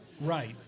right